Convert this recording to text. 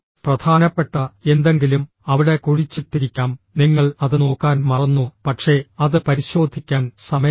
പ്രധാനപ്പെട്ട എന്തെങ്കിലും അവിടെ കുഴിച്ചിട്ടിരിക്കാം നിങ്ങൾ അത് നോക്കാൻ മറന്നു പക്ഷേ അത് പരിശോധിക്കാൻ സമയമില്ല